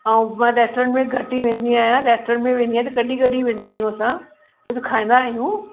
ऐं मां रेस्टोरंट में घटि ई वेंदी आहियां रेस्टोरंट में वेंदी आहियां त कॾहिं कॾहिं वेंदा आहियूं असां हू त खाईंदा आहियूं